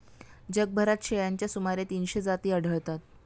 जगभरात शेळ्यांच्या सुमारे तीनशे जाती आढळतात